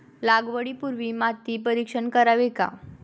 लागवडी पूर्वी माती परीक्षण करावे का?